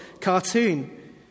cartoon